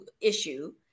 issue